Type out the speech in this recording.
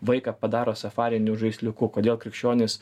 vaiką padaro safariniu žaisliuku kodėl krikščionys